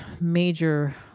major